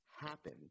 happen